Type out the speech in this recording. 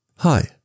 Hi